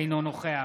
אינו נוכח